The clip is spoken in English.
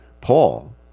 Paul